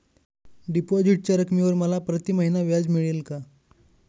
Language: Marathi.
डिपॉझिटच्या रकमेवर मला प्रतिमहिना व्याज मिळेल का?